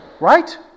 right